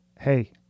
hey